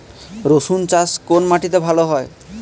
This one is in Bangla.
রুসুন চাষ কোন মাটিতে ভালো হয়?